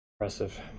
Impressive